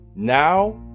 Now